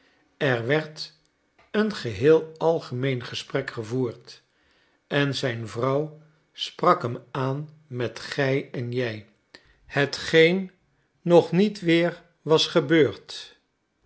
er werd een geheel algemeen gesprek gevoerd en zijn vrouw sprak hem aan met gij en jij hetgeen nog niet weer was gebeurd